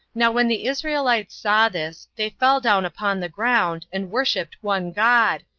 now when the israelites saw this, they fell down upon the ground, and worshipped one god,